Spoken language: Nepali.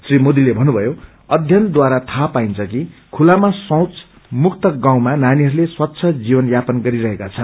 श्री मोदीले भन्नुभयो अध्ययनद्वारा थाहा पाइन्छ कि खुलामा शैच मुक्त गाउँमा नानीहरूले स्वच्छ जीवन यापन गरिरहेका छन्